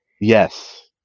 yes